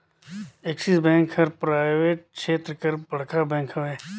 axis Bank हर private छेत्र कर बड़खा बेंक हवे